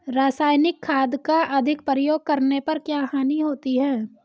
रासायनिक खाद का अधिक प्रयोग करने पर क्या हानि होती है?